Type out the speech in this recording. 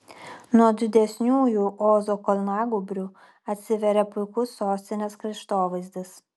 nuo didesniųjų ozo kalnagūbrių atsiveria puikus sostinės kraštovaizdis